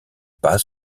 pas